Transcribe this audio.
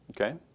Okay